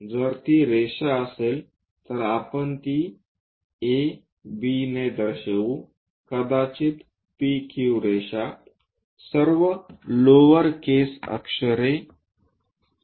जर ती रेषा असेल तर आपण ती a b ने दर्शवू कदाचित p q रेषा ही सर्व लोअर केस अक्षरे आहेत